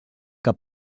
que